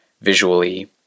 visually